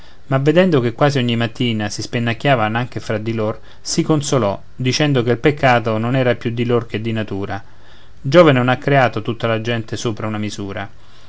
ma vedendo che quasi ogni mattina si spennacchiavan anche fra di lor si consolò dicendo che il peccato non era più di lor che di natura giove non ha creato tutta la gente sopra una misura